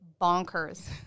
bonkers